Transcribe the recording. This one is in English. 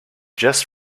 just